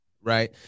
Right